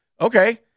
okay